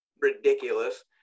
ridiculous